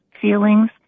feelings